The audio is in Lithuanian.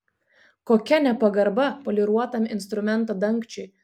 kokia nepagarba poliruotam instrumento dangčiui